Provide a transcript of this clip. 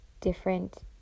different